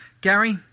Gary